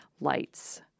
lights